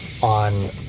on